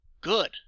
good